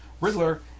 Riddler